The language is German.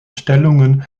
stellungen